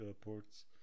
ports